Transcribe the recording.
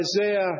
Isaiah